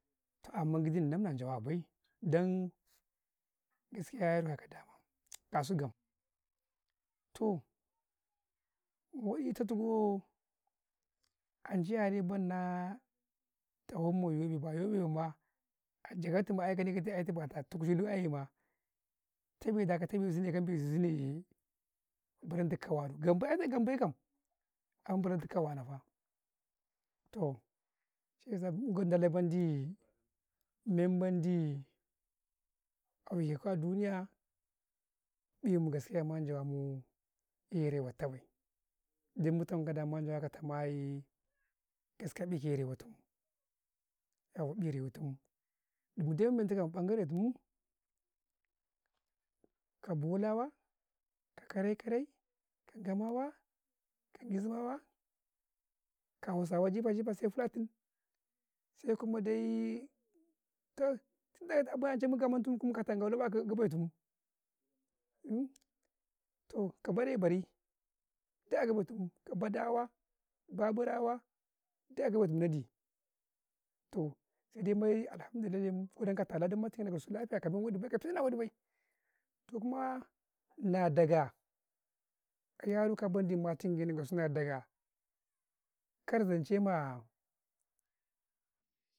﻿toh amman gidi nnau nan jawa bay dan gaskia jire yaruka ka dama, kasu gam, toh ma waɗi dita gaw ancai raye man naa, tafamma yobe ba yobe, benfaa, aja gatun aye, bata tuk culu aye ma tame da ka tame sune, ka besu ne yee zaban tukuu ka wannu, gam bai wanafa 'ye kau a duniya eh mu jire mu'eh riwau ka duta bay, dan mu tamkau majama ka tamaye jireriwatun, eh riwatun mundai mun mantaka abangare tumuu, ka bolawa, ka kare-kare ka gamawa, ka gyizima wa ka hausawa micin-micin sai fulatun sai kuma dai, kai mun gomantun ku ka tangale agobee tuu toh ka bare- bari duk a gabetu mu ka gadawa, baburawa duk a gabetu mu waɗi, toh sai dai bay, alhamdu mugodanka' wa tala dam ma tun gu ka dusu lafiya ka tumo waɗi bay, toh kuma naa daga a yaroka menɗi matin gyenau ka disu, na daga kar zance maa.